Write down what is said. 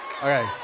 Okay